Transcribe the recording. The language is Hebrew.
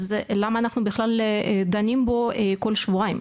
אז למה אנחנו בכלל דנים בו כל שבועיים?